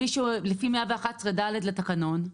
לפי סעיף 111(ד) לתקנון,